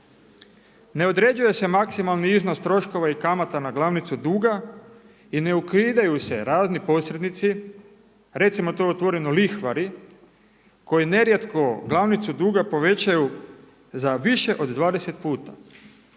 ne određuje se maksimalni iznos troškova i kamata na glavnicu duga i ne ukidaju se razni posrednici recimo to otvoreno lihvari koji nerijetko glavnicu duga povećaju za više od 20 puta.